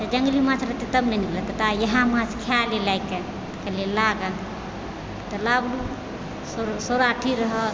तऽ जङ्गली माछ रहतइ तब ने नीक लगतइ ता इएह माछ खाय लए लएके कहलियै ला गे तऽ लाबलहुँ सओ सौराठी रहय